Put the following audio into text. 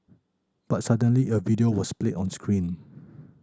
but suddenly a video was played on screen